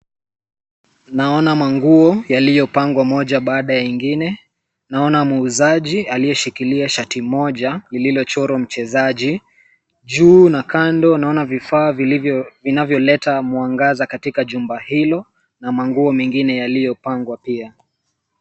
Naona manguo yaliyo pangwa moja baada ya ingine, noana muuzaji aliyeshikilia shati moja lililochorwa mchezaji, juu na kando naona vifaa vinavyoleta mwangaza katika jumba hilo na manguo mengine yaliyo pangwa pia.